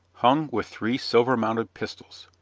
hung with three silver-mounted pistols!